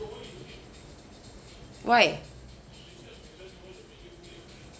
why